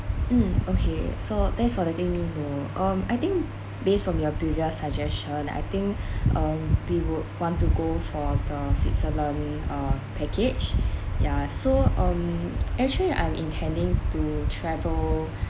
mm okay so that's for the thing we were um I think based from your previous suggestion I think um we would want to go for the switzerland uh package yeah so um actually I intending to travel